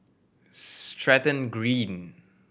Stratton Green